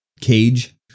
cage